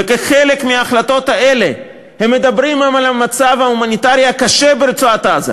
וכחלק מההחלטות האלה הם מדברים על המצב ההומניטרי הקשה ברצועת-עזה,